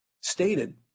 stated